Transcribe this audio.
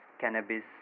cannabis